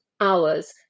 hours